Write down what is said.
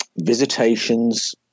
visitations